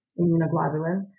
immunoglobulin